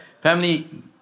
Family